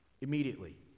Immediately